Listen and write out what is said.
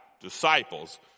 disciples